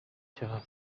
cya